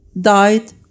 died